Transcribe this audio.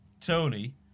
Tony